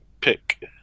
pick